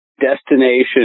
destination